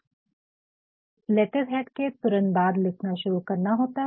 आपको लेटरहेड के तुरंत बाद लिखना शुरू करना होता है